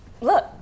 Look